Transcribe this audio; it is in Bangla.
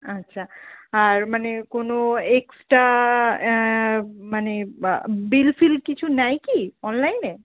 আচ্ছা আর মানে কোনো এক্সট্রা মানে বা বিল ফিল কিছু নেয় কি অনলাইনে